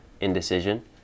indecision